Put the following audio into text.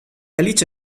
alice